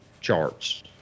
charts